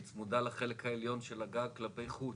היא צמודה לחלק העליון של הגג כלפי חוץ.